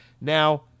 Now